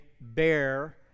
bear